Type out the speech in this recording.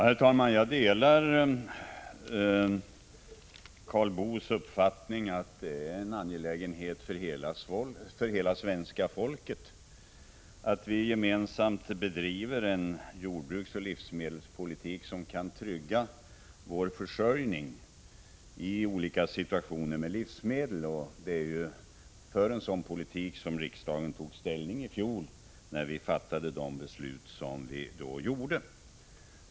Herr talman! Jag delar Karl Boos uppfattning att det är en angelägenhet för hela svenska folket att gemensamt bedriva en jordbruksoch livsmedelspolitik som kan trygga vår försörjning av livsmedel i olika situationer. Det är för en sådan politik som riksdagen tog ställning i fjol när vi fattade de beslut som vi då fattade.